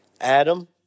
Adam